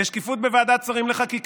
הצעת חוק